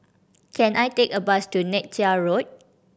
can I take a bus to Neythai Road